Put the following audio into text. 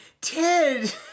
Ted